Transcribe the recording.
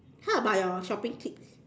how about your shopping tips